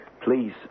Please